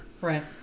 Right